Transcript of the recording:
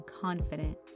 confident